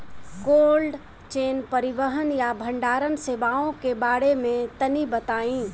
Cold chain परिवहन या भंडारण सेवाओं के बारे में तनी बताई?